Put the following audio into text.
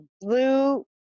blue